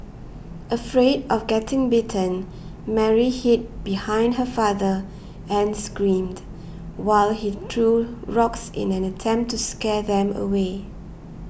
afraid of getting bitten Mary hid behind her father and screamed while he threw rocks in an attempt to scare them away